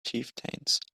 chieftains